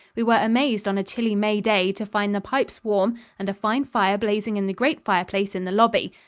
we were amazed on a chilly may day to find the pipes warm and a fine fire blazing in the great fireplace in the lobby.